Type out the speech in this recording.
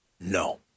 no